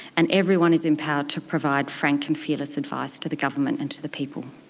and everyone is empowered to provide frank and fearless advice to the government and to the people.